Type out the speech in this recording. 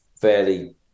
fairly